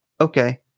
okay